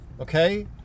Okay